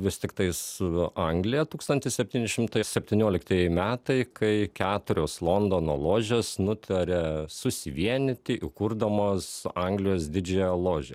vis tiktai su anglija tūkstantis septyni šimtai septynioliktieji metai kai keturios londono ložės nutarė susivienyti įkurdamos anglijos didžiąją ložę